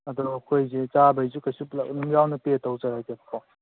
ꯑꯗꯣ ꯑꯩꯈꯣꯏꯁꯦ ꯆꯥꯕꯩꯁꯨ ꯀꯩꯁꯨ ꯄꯨꯂꯞ ꯑꯗꯨꯝ ꯌꯥꯎꯅ ꯄꯦ ꯇꯧꯖꯔꯒꯦꯕꯀꯣ